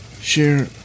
share